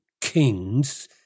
kings